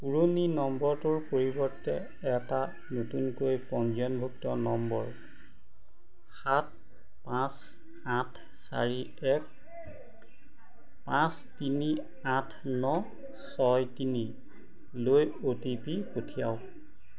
পুৰণি নম্বৰটোৰ পৰিৱৰ্তে এটা নতুনকৈ পঞ্জীয়নভুক্ত নম্বৰ সাত পাঁচ আঠ চাৰি এক পাঁচ তিনি আঠ ন ছয় তিনি লৈ অ' টি পি পঠিয়াওক